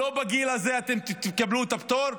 לא בגיל הזה אתם תקבלו את הפטור,